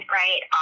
right